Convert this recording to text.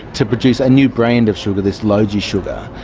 to produce a new brand of sugar, this low gi sugar.